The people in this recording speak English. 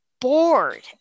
bored